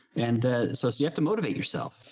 and so, so you have to motivate yourself.